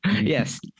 yes